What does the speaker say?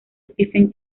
stephen